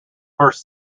first